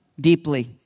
deeply